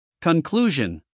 Conclusion